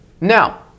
Now